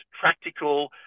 practical